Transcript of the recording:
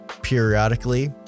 periodically